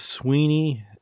Sweeney